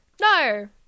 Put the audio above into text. No